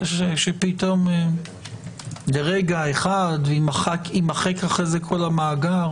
שפתאום ברגע אחד יימחק אחרי זה כל המאגר.